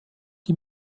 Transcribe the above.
die